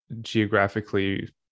geographically